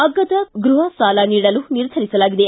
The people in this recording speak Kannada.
ಅಗ್ಗದ ಗೃಹ ಸಾಲ ನೀಡಲು ನಿರ್ಧರಿಸಲಾಗಿದೆ